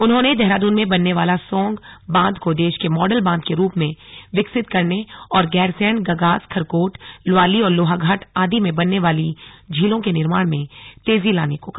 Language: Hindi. उन्होंने देहरादून में बनने वाला सोंग बांध को देश के मॉडल बांध के रूप में विकसित करने और गैरसैंण गगास खरकोट ल्वाली और लोहाघाट आदि में बनने वाली झीलों के निर्माण में तेजी लाने को कहा